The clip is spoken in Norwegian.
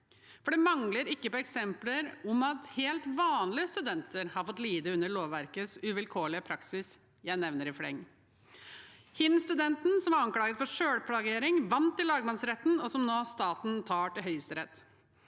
for det mangler ikke på eksempler på at helt vanlige studenter har fått lide under lovverkets uvilkårlige praksis. Jeg nevner i fleng: HINN-studenten som var anklaget for selvplagiering, som vant i lagmannsretten, og som staten nå tar til Høyesterett;